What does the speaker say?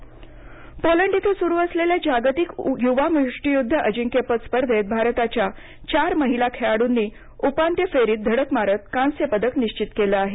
मुष्टियुद्व Poland इथं सुरू असलेल्या जागतिक युवा मुष्टियुद्ध अजिंक्यपद स्पर्धेत भारताच्या चार महिला खेळाडूंनी उपांत्य फेरीत धडक मारत कांस्य पदक निश्वित केलं आहे